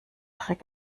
dreck